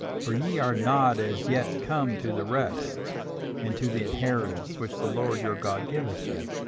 for ye are not as yet come to the rest and to the inheritance, which the lord your god giveth you.